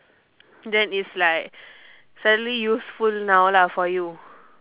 then it's like suddenly useful now lah for you